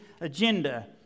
agenda